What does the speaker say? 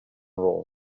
roll